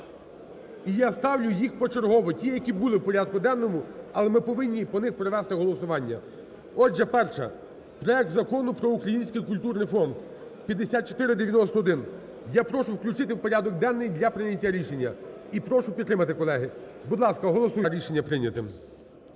І я ставлю їх почергово, ті, які були в порядку денному, але ми повинні по них провести голосування. Отже, перше, проект Закону про Український культурний фонд (5491) я прошу включити в порядок денний для прийняття рішення і прошу підтримати, колеги. Будь ласка, голосуємо про